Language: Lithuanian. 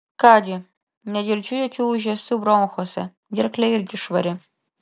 ką gi negirdžiu jokių ūžesių bronchuose gerklė irgi švari